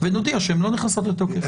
ונודיע שהן לא נכנסות לתוקף.